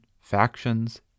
factions